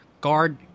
guard